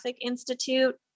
Institute